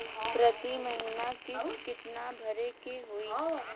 प्रति महीना किस्त कितना भरे के होई?